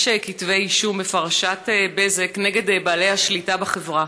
כתבי אישום בפרשת בזק נגד בעלי השליטה בחברה,